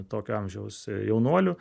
tokio amžiaus jaunuolių